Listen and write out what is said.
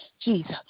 Jesus